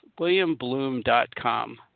WilliamBloom.com